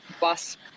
bus